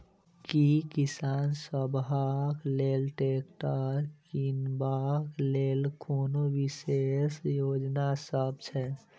की किसान सबहक लेल ट्रैक्टर किनबाक लेल कोनो विशेष योजना सब छै?